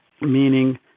meaning